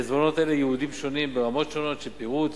לעיזבונות אלה יש יעדים שונים וברמות שונות של פירוט,